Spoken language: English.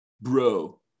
bro